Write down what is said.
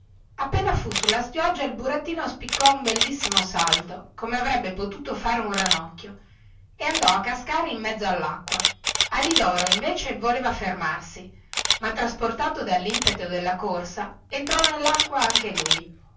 appena fu sulla spiaggia il burattino spiccò un bellissimo salto come avrebbe potuto fare un ranocchio e andò a cascare in mezzo allacqua alidoro invece voleva fermarsi ma trasportato dallimpeto della corsa entrò nellacqua anche lui